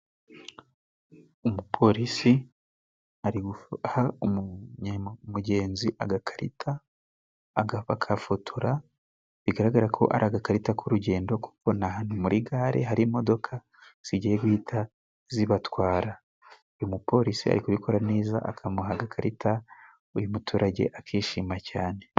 Umupolisi ari guha mugenzi agakarita akagafotora bigaragara ko ari agakarita k'urugendo kuko ni muri gare hari imodoka zigiye guhita zibatwara. Uyu mupolisi ari kubikora neza akamuha igakarita, uyu muturage akishima cyane.